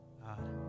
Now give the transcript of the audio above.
God